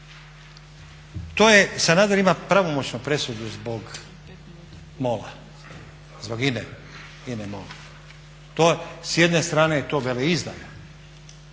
To je, Sanader ima pravomoćnu presudu zbog MOL-a, zbog INA-e. S jedne strane je to veleizdaja